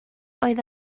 oedd